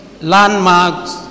Landmarks